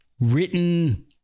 written